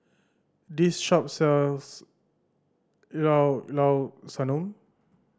this shop sells Llao Llao Sanum